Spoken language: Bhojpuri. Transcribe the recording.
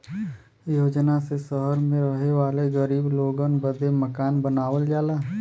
योजना ने सहर मे रहे वाले गरीब लोगन बदे मकान बनावल जाला